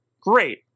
great